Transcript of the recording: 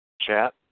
chat